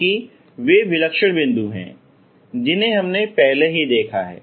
इसलिए वे विलक्षण बिंदु हैं जिन्हें हमने पहले ही देखा है